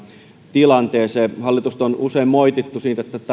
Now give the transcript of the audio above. tilanteeseen hallitusta on usein moitittu siitä että